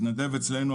מתנדב אצלנו,